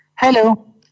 Hello